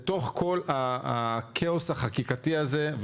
בתוך כל הכאוס החקיקתי הזה,